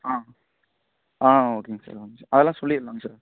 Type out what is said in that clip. ஆ ஆ ஓகேங்க சார் ஓகேங்க சார் அதெல்லாம் சொல்லியிருந்தாங்க சார்